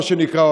מה שנקרא,